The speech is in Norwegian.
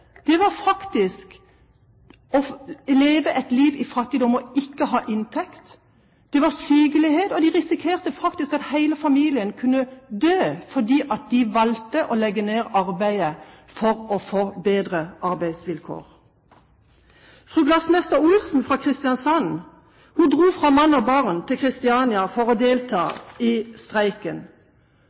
var faktisk å leve et liv i fattigdom og ikke ha inntekt. Det var sykelighet, og de risikerte faktisk at hele familien kunne dø fordi de valgte å legge ned arbeidet for å få bedre arbeidsvilkår. Fru glassmester Olsen fra Kristiansand dro fra mann og barn til Kristiania for å delta i streiken.